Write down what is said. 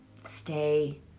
stay